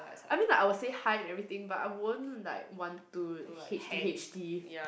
I mean like I will say hi to everything but I won't like want to H T H T